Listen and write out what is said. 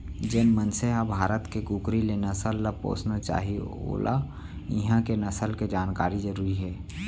जेन मनसे ह भारत के कुकरी के नसल ल पोसना चाही वोला इहॉं के नसल के जानकारी जरूरी हे